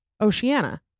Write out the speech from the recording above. Oceana